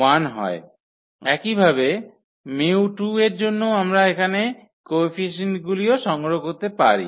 সুতরাং একইভাবে 𝜇2 এর জন্যও আমরা এখানে কোএফিসিয়েন্টগুলিও সংগ্রহ করতে পারি